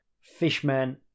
Fishmen